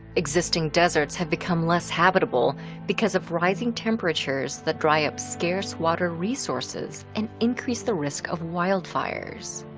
existing deserts have become less habitable because of rising temperatures that dry up scarce water resources and increase the risk of wildfires.